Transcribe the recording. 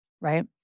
right